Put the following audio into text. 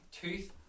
tooth